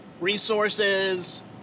Resources